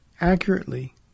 accurately